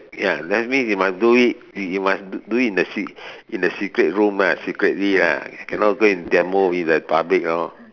ya that means you must do it you you must do it in the in the se~ secret room lah secretly lah cannot go and demo in the public lor